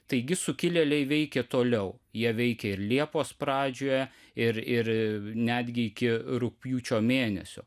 taigi sukilėliai veikė toliau jie veikė ir liepos pradžioje ir ir netgi iki rugpjūčio mėnesio